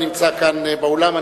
הנמצא כאן באולם.